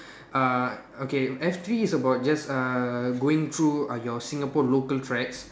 uh okay F three is about just uh going through uh your Singapore local tracks